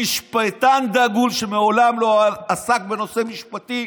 משפטן דגול שמעולם לא עסק בנושא משפטי.